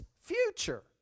future